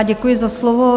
Děkuji za slovo.